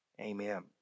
Amen